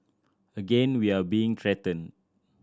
again we are being threatened